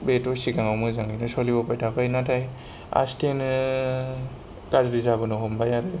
बेथ' सिगाङाव मोजाङानो सलिबोबाय थाखायो नाथाय आसथेनो गाज्रि जाबोनो हमबाय आरो